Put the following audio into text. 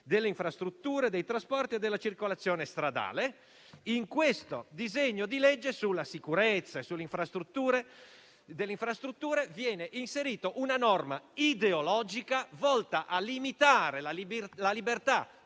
delle infrastrutture, dei trasporti e della circolazione stradale; ebbene, in questo disegno di legge sulla sicurezza delle infrastrutture viene inserita una norma ideologica volta a limitare la libertà